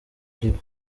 aribo